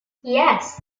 yes